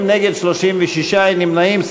בעד 50, נגד, 36, אין נמנעים.